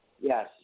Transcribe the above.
Yes